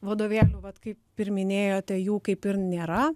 vadovėlių vat kaip ir minėjote jų kaip ir nėra